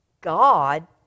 God